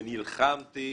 ונלחמתי